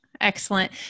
Excellent